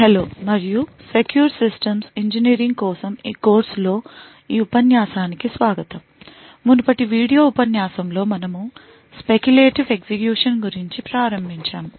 hello మరియు secure systems engineering కోసం కోర్సులో ఈ ఉపన్యాసానికి స్వాగతం మునుపటి వీడియో ఉపన్యాసంలో మనము స్పెక్యులేటివ్ ఎగ్జిక్యూషన్ గురించి ప్రారంభించాము